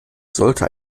sollte